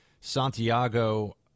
Santiago